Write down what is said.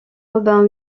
robin